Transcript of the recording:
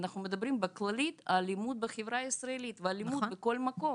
ואנחנו מדברים באופן כללי על האלימות בחברה הישראלית ואלימות בכל מקום